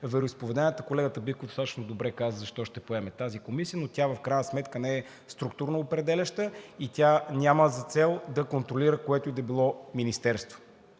вероизповеданията, колегата Биков достатъчно добре каза защо ще поеме тази комисия, но тя в крайна сметка не е структуроопределяща и няма за цел да контролира което и да било министерство.